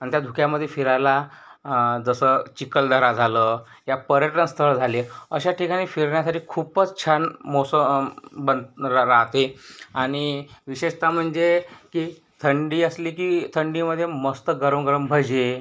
आणि त्या धुक्यामध्ये फिरायला जसं चिखलदरा झालं या पर्यटनस्थळ झाले अशा ठिकाणी फिरण्यासाठी खूपच छान मौसम बन रा राहते आणि विशेषता म्हणजे की थंडी असली की थंडीमधे मस्त गरम गरम भजे